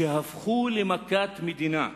שהפכו ל'מכת מדינה',